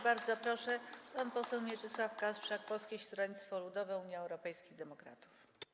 Bardzo proszę, pan poseł Mieczysław Kasprzak, Polskie Stronnictwo Ludowe - Unia Europejskich Demokratów.